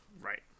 Right